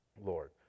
Lord